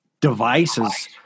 devices